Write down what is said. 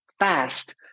fast